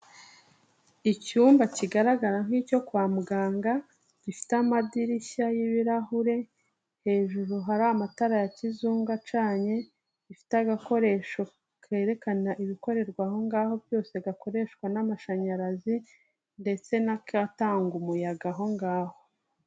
Icyumba kigaragara nk'icyo kwa muganga gifite amadirishya y'ibirahure, hejuru hari amatara ya kizungu acanye, gifite agakoresho kerekana ibikorerwa aho ngaho byose gakoreshwa n'amashanyarazi ndetse n'agatanga umuyaga aho ngaho.